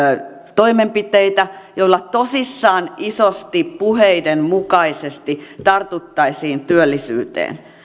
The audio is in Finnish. toimenpiteitä joilla tosissaan isosti puheiden mukaisesti tartuttaisiin työllisyyteen